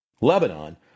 Lebanon